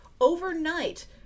overnight